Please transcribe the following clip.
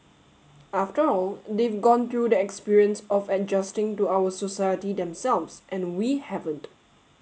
after all they've gone through the experience of adjusting to our society themselves and we haven't